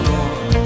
Lord